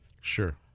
Sure